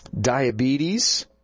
diabetes